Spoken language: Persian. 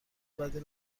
بدی